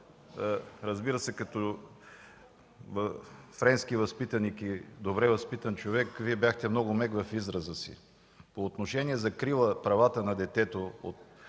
в следното. Като френски възпитаник и добре възпитан човек, Вие бяхте много мек в израза си. По отношение закрилата правата на детето като